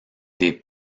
des